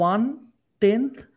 One-tenth